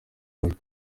amajwi